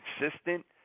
consistent